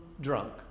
drunk